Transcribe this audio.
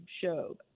show